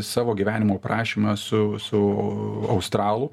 savo gyvenimo aprašymą su su australų